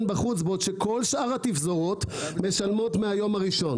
בחוץ בעוד שכל שאר התפזורות משלמות מהיום הראשון.